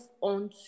on